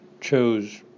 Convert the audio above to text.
chose